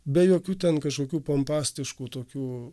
be jokių ten kažkokių pompastiškų tokių